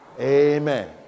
Amen